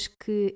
que